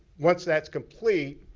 once that's complete,